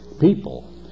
people